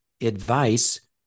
advice